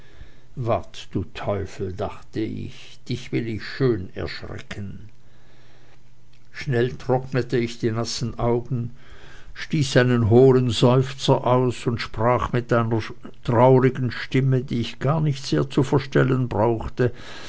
wart du teufel dachte ich dich will ich schön erschrecken schnell trocknete ich die nassen augen stieß einen hohlen seufzer aus und sprach mit einer traurigen stimme die ich gar nicht sehr zu verstellen brauchte